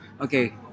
Okay